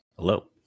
Hello